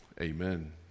amen